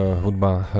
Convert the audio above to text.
hudba